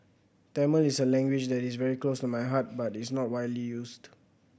Tamil is a language that is very close to my heart but it's not widely used